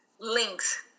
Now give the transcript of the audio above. Links